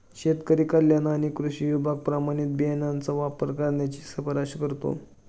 शेतकरी कल्याण आणि कृषी विभाग प्रमाणित बियाणांचा वापर करण्याची शिफारस करतो